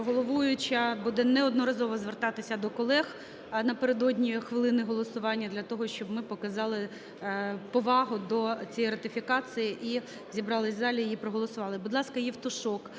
головуюча буде неодноразово звертатися до колег напередодні хвилини голосування для того, щоб ми показали повагу до цієї ратифікації і зібрались в залі, її проголосували.